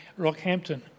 Rockhampton